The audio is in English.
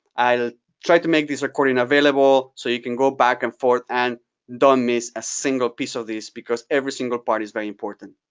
i'll try to make this recording available, so you can go back and forth and don't miss a single piece of this because every single part is very important,